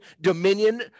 dominion